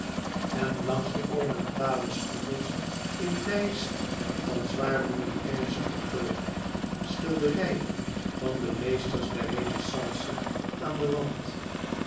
en langs de ornamentale spiegels in lijsten van zwaar louis xv gekrul schilderijen van meesters der renaissance aan de wanden